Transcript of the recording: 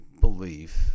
belief